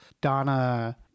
Donna